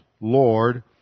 Lord